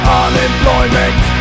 unemployment